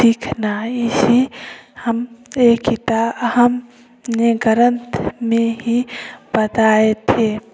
देखना इसी हमसे किताब हमने ग्रंथ में ही बताए थे